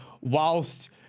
whilst